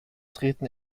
treten